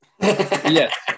Yes